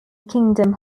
kingdom